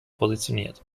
positioniert